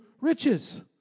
riches